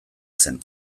zen